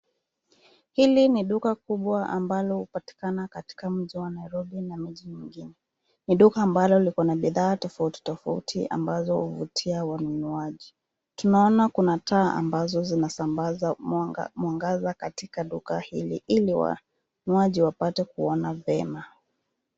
Hili ni duka kubwa ambalo hupatikana katika mji wa Nairobi na miji mingine ni duka ambalo liko na bidhaa tofauti tofauti ambazo huvutia wanunuaji. Tunaona kuna taa amabazo zinasambaza mwangaza katika duka hili ili wanunuaji wapate kuona vyema.